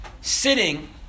sitting